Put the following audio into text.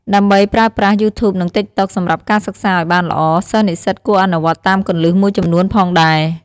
ដើម្បីប្រើប្រាស់ យូធូប និង តិកតុក សម្រាប់ការសិក្សាឲ្យបានល្អ សិស្សនិស្សិតគួរអនុវត្តតាមគន្លឹះមួយចំនួនផងដែរ។